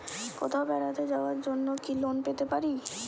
কোথাও বেড়াতে যাওয়ার জন্য কি লোন পেতে পারি?